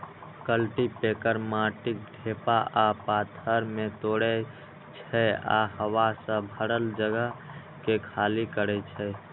cultipacker माटिक ढेपा आ पाथर कें तोड़ै छै आ हवा सं भरल जगह कें खाली करै छै